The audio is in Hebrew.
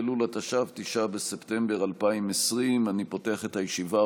באלול התש"ף, 9 בספטמבר 2020. אני פותח את הישיבה.